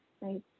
right